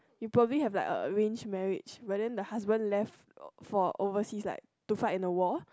you probably have like a arranged marriage but then the husband left for overseas like to fight in a war